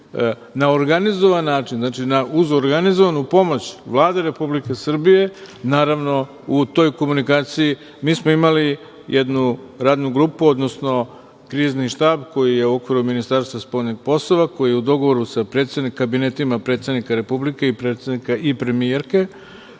na organizovan način, uz organizovanu pomoć Vlade Republike Srbije, naravno, u toj komunikaciji mi smo imali jednu radnu grupu, odnosno krizni štab koji je u okviru Ministarstva spoljnih poslova, koji je u dogovoru sa kabinetima predsednika Republike i premijerke